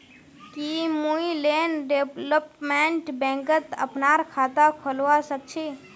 की मुई land development बैंकत अपनार खाता खोलवा स ख छी?